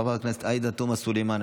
חברת הכנסת עאידה תומא סלימאן,